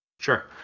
Sure